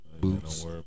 boots